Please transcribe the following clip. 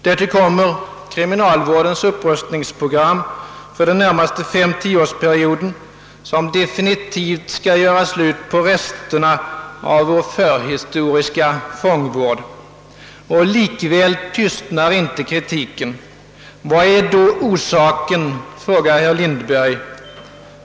Därtill kommer kriminalvårdens upprustningsprogram för den närmaste 5—10-årsperioden, som definitivt skall göra slut på resterna av vår förhistoriska fångvård. Och likväl tystnar inte kritiken. Vad är då orsaken?» frågar herr Lindberg.